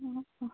অঁ অঁ